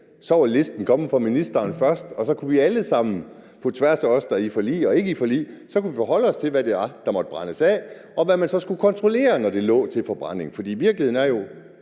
var listen kommet fra ministeren først, og så kunne vi alle sammen på tværs af os, der er i forlig og ikke i forlig, forholde os til, hvad det var, der måtte brændes af, og hvad man så skulle kontrollere, når det lå til forbrænding? For virkeligheden er jo,